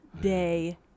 day